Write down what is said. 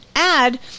add